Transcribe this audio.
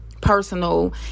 personal